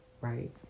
right